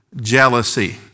jealousy